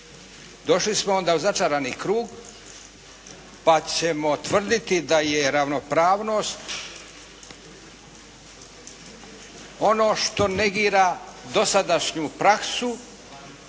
Došli smo onda u začarani krug pa ćemo tvrditi da je ravnopravnost ono što negira dosadašnju praksu,